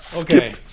okay